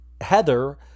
Heather